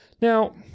Now